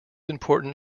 important